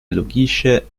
logische